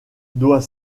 doit